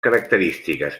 característiques